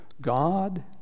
God